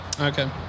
Okay